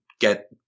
get